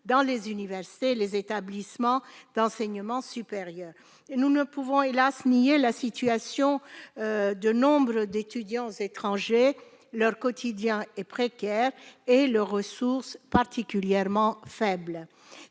dans les universités et les établissements d'enseignement supérieur. Nous ne pouvons, hélas, nier la situation de nombre d'étudiants étrangers. Leur quotidien est précaire et leurs ressources particulièrement faibles.